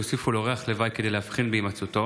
שהוסיפו לו ריח לוואי כדי להבחין בהימצאו,